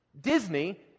Disney